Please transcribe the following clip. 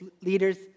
leaders